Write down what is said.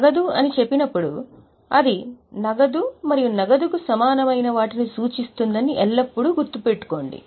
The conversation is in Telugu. నగదు అని చెప్పినప్పుడు అది నగదు మరియు నగదు కు సమానమైన వాటిని సూచిస్తుందని ఎల్లప్పుడూ గుర్తుంచుకోండి